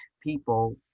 people